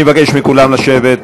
אני מבקש מכולם לשבת.